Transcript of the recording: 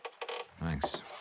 Thanks